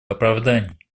оправданий